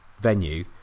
venue